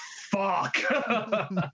fuck